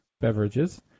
beverages